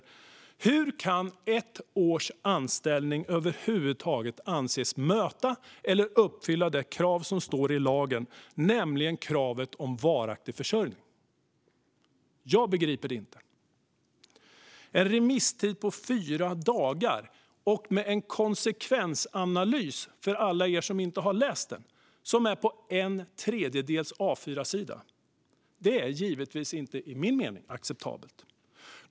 Min fråga till dem är: Hur kan ett års anställning över huvud taget anses uppfylla det krav som står i lagen, nämligen kravet på varaktig försörjning? Jag begriper det inte. En remisstid på fyra dagar och med en konsekvensanalys - för alla er som inte har läst den - som är på en tredjedels A4-sida är givetvis inte acceptabelt.